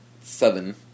seven